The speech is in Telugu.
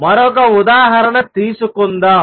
మరొక ఉదాహరణ తీసుకుందాం